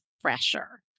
fresher